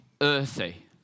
Earthy